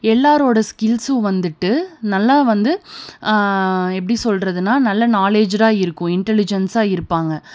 எல்லாரோடய ஸ்கில்சும் வந்துட்டு நல்லா வந்து எப்படி சொல்கிறதுன்னா நல்ல நாலேஜ்டாக இருக்கும் இன்டலிஜியன்ஸாக இருப்பாங்க